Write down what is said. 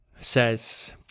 Says